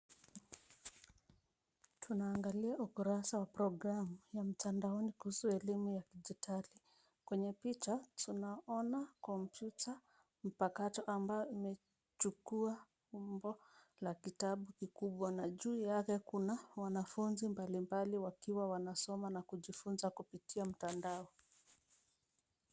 Tunaangalia ukurasa wa programu mtandaoni kuhusu elimu ya kidijitali. Kwenye picha tunaona kompyuta mpakato au ambayo umechukua umbo la kitabu kikubwa na juu yake kuna wanafunzi mbalimbali wakiwa wanasoma na kujifunza kupitia mtandao.